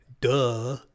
duh